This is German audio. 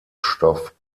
stoff